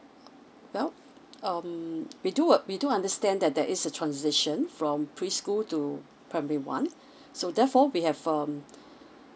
well um we do uh we do understand that there is a transition from preschool to primary ones so therefore we have um